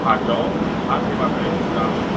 हा चयो छा सेवा करे सघंदा आहियूं